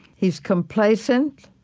he's complacent.